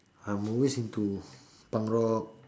I'm also into punk rock